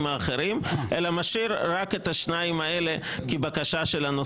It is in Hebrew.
האחרים ומשאיר רק את השניים האלה כבקשה לנושא חדש.